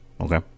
Okay